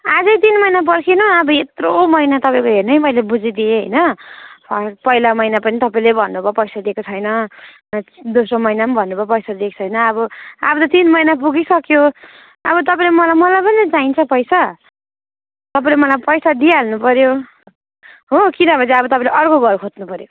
अझै तिन महिना पर्खिनु अब यत्रो महिना तपाईँको हेर्नु है मैले बुझिदिएँ होइन पहिला महिना पनि तपाईँले भन्नु भयो पैसा दिएको छैन दोस्रो महिना पनि भन्नुभयो पैसा देको छैन अब अब त तिन महिना पुगिसक्यो अब तपाईँले मलाई मलाई पनि त चाहिन्छ पैसा तपाईँले मलाई पैसा दिइहाल्नु पऱ्यो हो कि नभए चाहिँ अब तपाईँले अर्को घर खोज्नु पऱ्यो